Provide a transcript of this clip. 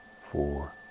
four